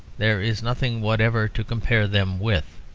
there is nothing whatever to compare them with.